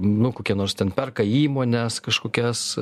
nu kokie nors ten perka įmones kažkokias